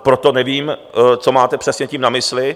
Proto nevím, co máte přesně tím na mysli.